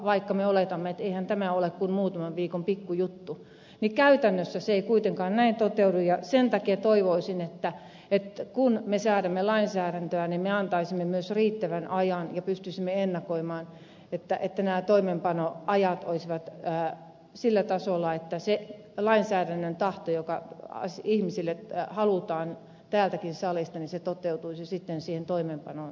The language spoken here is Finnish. vaikka me oletamme että eihän tämä ole kuin muutaman viikon pikku juttu niin käytännössä se ei kuitenkaan näin toteudu ja sen takia toivoisin että kun me säädämme lainsäädäntöä me antaisimme myös riittävän ajan ja pystyisimme ennakoimaan että nämä toimeenpanoajat olisivat sillä tasolla että se lainsäädännön tahto joka ihmisille halutaan täältäkin salista toteutuisi sitten siihen toimeenpanoon asti